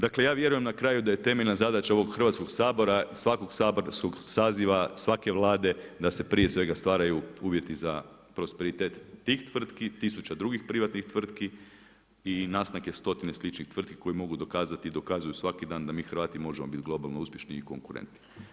Dakle ja vjerujem na kraju da je temeljna zadaća ovog Hrvatskoga sabora i svakog saborskog saziva, svake Vlade da se prije svega stvaraju uvjeti za prosperitet tih tvrtki, tisuća drugih privatnih tvrtki i nastanka stotina sličnih tvrtki koje mogu dokazati i dokazuju svaki dan da mi Hrvati možemo biti globalno uspješni i konkurentni.